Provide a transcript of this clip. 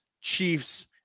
Chiefs